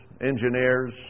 engineers